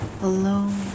alone